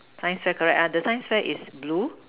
science fair correct ah the science fair is blue